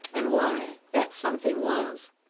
and why, that something was.